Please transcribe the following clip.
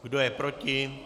Kdo je proti?